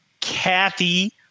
Kathy